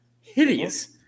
hideous